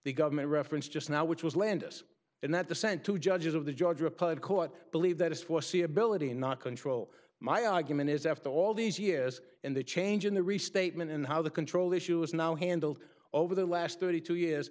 the government reference just now which was landis and that the sent two judges of the judge replied court believe that is foreseeability and not control my argument is after all these years in the change in the restatement and how the control issue is now handled over the last thirty two years